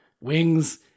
wings